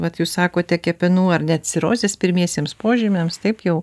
vat jūs sakote kepenų ar net cirozės pirmiesiems požymiams taip jau